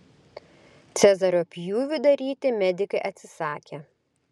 cezario pjūvį daryti medikai atsisakė